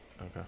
Okay